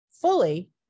fully